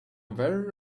very